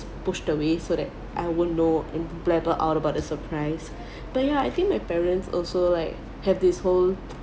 pushed away so that I won't go and bladder out about the surprise but ya I think my parents also like have this whole